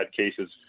cases